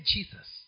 Jesus